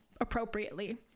appropriately